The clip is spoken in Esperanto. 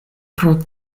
pro